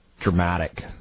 dramatic